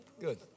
Good